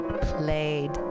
Played